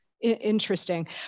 Interesting